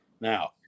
now